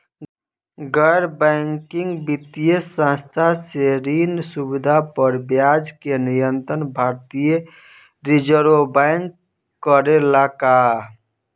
गैर बैंकिंग वित्तीय संस्था से ऋण सुविधा पर ब्याज के नियंत्रण भारती य रिजर्व बैंक करे ला का?